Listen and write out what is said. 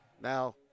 Now